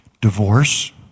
divorce